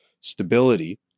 stability